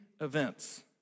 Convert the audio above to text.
events